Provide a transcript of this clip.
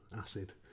acid